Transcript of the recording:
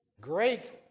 great